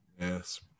Yes